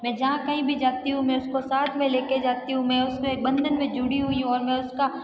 मैं जहाँ कही भी जाती हूँ मैं उसको साथ में लेके जाती हूँ मैं उसके बंधन में जुड़ी हुई हूँ और मैं उसका